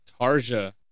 Tarja